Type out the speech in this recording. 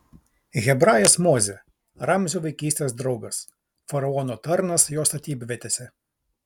hebrajas mozė ramzio vaikystės draugas faraono tarnas jo statybvietėse